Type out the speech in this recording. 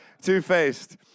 two-faced